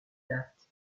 date